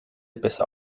besser